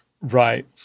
right